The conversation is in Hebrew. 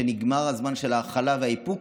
שנגמר הזמן של ההכלה והאיפוק,